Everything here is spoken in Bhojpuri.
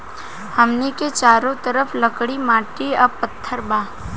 हमनी के चारो तरफ लकड़ी माटी आ पत्थर बा